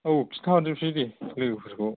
औ खिथाहरजोबसै दे लोगोफोरखौ